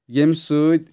ییٚمہِ سۭتۍ